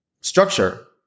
structure